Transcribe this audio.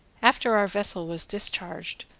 after our vessel was discharged,